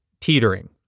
teetering